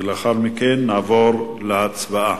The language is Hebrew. לאחר מכן נעבור להצבעה.